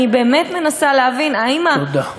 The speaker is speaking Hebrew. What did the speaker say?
אני באמת מנסה להבין, תודה.